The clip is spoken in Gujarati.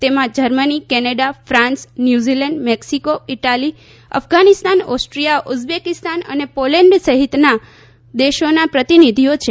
તેમાં Germany Canada France New Zealand Mexico Italy Afghanistan Austria Uzbekistan અને પોલેન્ડ સહિતના દેશોના પ્રતિનિધિઓ છે